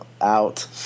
out